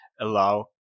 allow